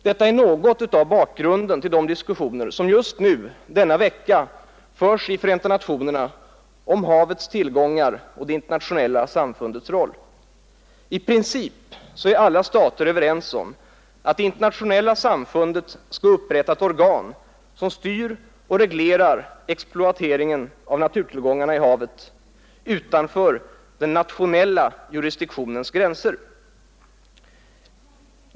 Detta är något av bakgrunden till de diskussioner som just denna vecka förs i Förenta nationerna om havets tillgångar och det internationella samfundets roll. I princip är alla stater överens om att det internationella samfundet skall upprätta ett organ som styr och reglerar exploateringen av naturtillgångarna i havet utanför den nationella jurisdiktionens gränser.